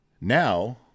Now